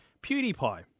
PewDiePie